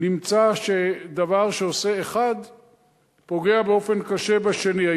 נמצא שדבר שעושה אחד פוגע באופן קשה בשני.